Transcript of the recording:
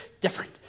different